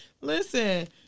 Listen